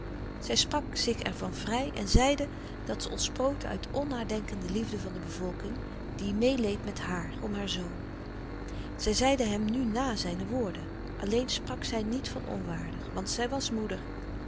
zij sprak zich ervan vrij en zeide dat ze ontsproten uit onnadenkende liefde van de bevolking die meêleed met haar om haar zoon zij zeide hem nu na zijne woorden alleen sprak zij niet van onwaardig want zij was moeder